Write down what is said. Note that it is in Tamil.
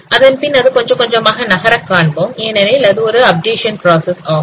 அதன்பின் அது கொஞ்சம் கொஞ்சமாக நகர காண்போம் ஏனெனில் அது ஒரு அப்டேஷன் பிராசஸ் ஆகும்